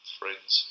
friends